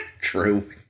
True